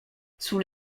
sous